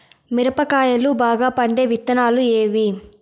మిరప కాయలు బాగా పండే విత్తనాలు ఏవి